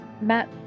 Matt